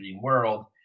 world